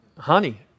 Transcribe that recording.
Honey